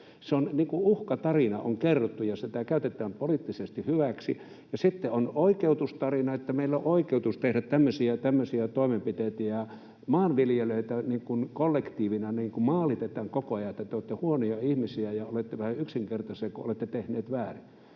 Uhkatarina on kerrottu, ja sitä käytetään poliittisesti hyväksi, ja sitten on oikeutustarina, että meillä on oikeutus tehdä tämmöisiä ja tämmöisiä toimenpiteitä, ja maanviljelijöitä kollektiivina maalitetaan koko ajan, että te olette huonoja ihmisiä ja olette vähän yksinkertaisia, kun olette tehneet väärin